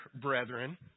brethren